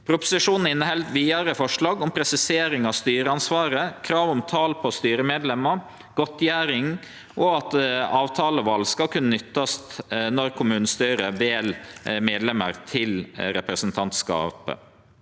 Proposisjonen inneheld vidare forslag om presisering av styreansvaret, krav om tal på styre medlemer, godtgjering og at avtaleval skal kunne nyttast når kommunestyret vel medlemer til representantskapet.